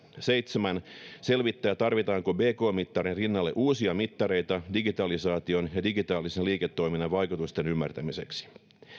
seitsemän selvittää tarvitaanko bkt mittarin rinnalle uusia mittareita digitalisaation ja digitaalisen liiketoiminnan vaikutusten ymmärtämiseksi